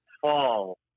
fall